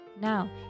Now